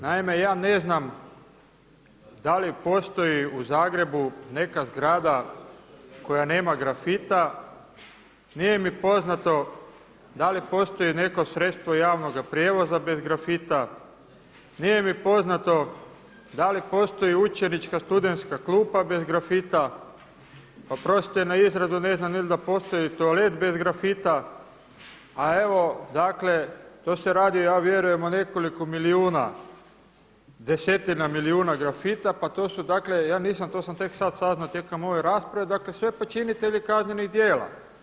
Naime, ja ne znam da li postoji u Zagrebu neka zgrada koja nema grafita, nije mi poznato da li postoji neko sredstvo javnoga prijevoza bez grafita, nije mi poznato da li postoji učenička, studentska klupa bez grafita, oprostite na izrazu ne znam da li postoji toalet bez grafita, a evo dakle to se radi o ja vjerujem o nekoliko milijuna, desetina milijuna grafita dakle ja sam tek sad saznao tijekom ove rasprave, dakle sve počinitelji kaznenih djela.